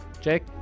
Jake